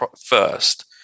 first